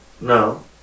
No